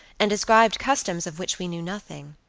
and described customs of which we knew nothing.